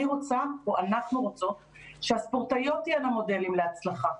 אני רוצה או אנחנו רוצות שהספורטאיות תהיינה מודלים להצלחה.